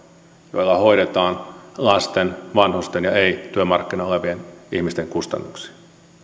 joilla hoidetaan lasten vanhusten ja ei työmarkkinoilla olevien ihmisten kustannuksia